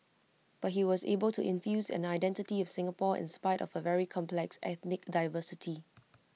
but he was able to infuse an identity of Singapore in spite of A very complex ethnic diversity